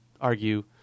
argue